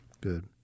Good